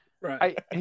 Right